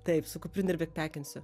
taip su kuprine ir bekpekinsiu